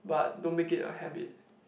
but don't make it a habit